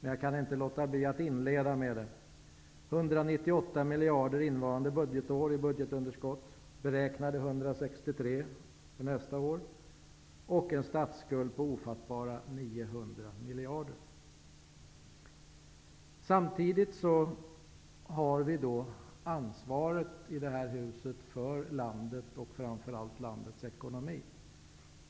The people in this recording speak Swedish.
men jag kan inte låta bli att inleda med den. Budgetunderskottet är 198 miljarder innevarande budgetår och beräknas bli 163 miljarder nästa år. Statsskulden är ofattbara 900 miljarder. Samtidigt har vi i det här huset ansvaret för landet och framför allt för landets ekonomi.